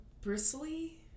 Bristly